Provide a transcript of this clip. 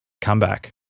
comeback